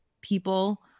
people